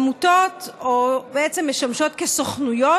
עמותות שבעצם משמעות כסוכנויות,